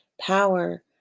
power